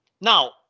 Now